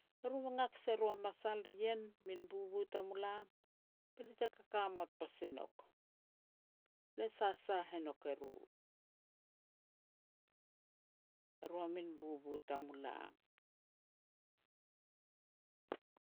eru e ngak se ru a masal ri ien, min bubu tamulam, be lia te kakamot pasi nouk, le sasah e nouk eru, eru a min bubu tamulam.